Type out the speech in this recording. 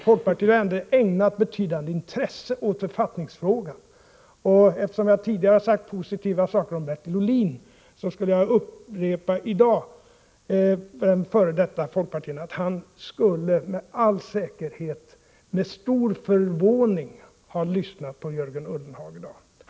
Folkpartiet har ändå ägnat ett betydande intresse åt författningsfrågor. Eftersom jag tidigare har sagt positiva saker om Bertil Ohlin skulle jag om den förre folkpartiledaren vilja upprepa, att han med all säkerhet i dag skulle ha lyssnat till Jörgen Ullenhag med stor förvåning.